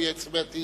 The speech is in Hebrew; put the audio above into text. זאת אומרת,